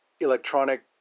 electronic